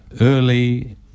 early